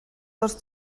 dos